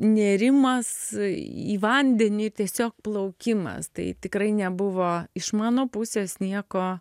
nėrimas į vandenį tiesiog plaukimas tai tikrai nebuvo iš mano pusės nieko